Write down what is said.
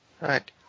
right